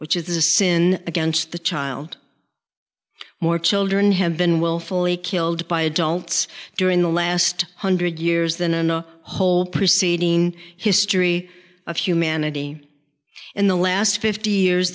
which is a sin against the child more children have been wilfully killed by adults during the last hundred years than in the whole preceding history of humanity in the last fifty years